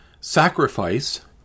sacrifice